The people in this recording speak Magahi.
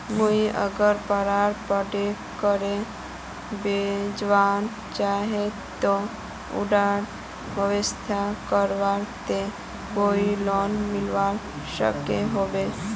मुई अगर कपड़ा पेंटिंग करे बेचवा चाहम ते उडा व्यवसाय करवार केते कोई लोन मिलवा सकोहो होबे?